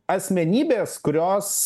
asmenybės kurios